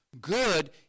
Good